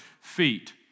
feet